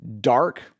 dark